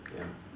ya